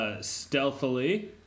Stealthily